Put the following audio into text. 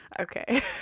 Okay